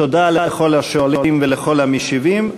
תודה לכל השואלים ולכל המשיבים.